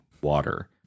water